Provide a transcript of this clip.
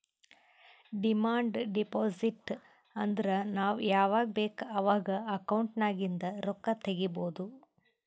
demand deposit ಅಂದುರ್ ನಾವ್ ಯಾವಾಗ್ ಬೇಕ್ ಅವಾಗ್ ಅಕೌಂಟ್ ನಾಗಿಂದ್ ರೊಕ್ಕಾ ತಗೊಬೋದ್